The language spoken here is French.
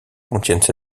contiennent